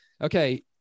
Okay